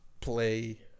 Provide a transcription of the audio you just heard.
Play